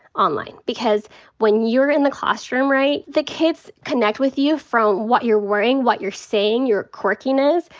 online. because when you're in the classroom, right, the kids connect with you for what you're wearing, what you're saying, you're quirkiness,